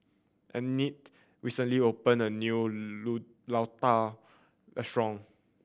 Annette recently opened a new Ladoo Restaurant